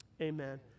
amen